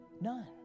None